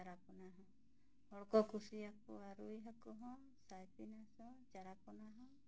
ᱪᱟᱨᱟᱯᱚᱱᱟ ᱦᱚᱸ ᱦᱚᱲᱠᱚ ᱠᱩᱥᱤᱭᱟᱠᱚᱣᱟ ᱨᱩᱭ ᱦᱟᱹᱠᱩ ᱦᱚᱸ ᱥᱟᱭᱯᱤᱱᱟᱥ ᱦᱚᱸ ᱪᱟᱨᱟᱯᱚᱱᱟ ᱦᱚᱸ